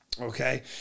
Okay